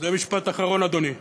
זה משפט אחרון, אדוני.